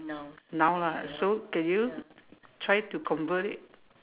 noun lah so can you try to convert it